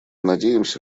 надеемся